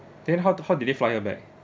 then how d~ how did you fly her back